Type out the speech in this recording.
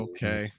Okay